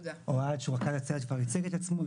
אוהד, שהוא רכז הצוות, כבר הציג את עצמו.